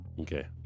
Okay